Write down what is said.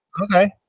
okay